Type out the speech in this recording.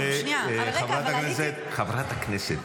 לא, לא, חברת הכנסת.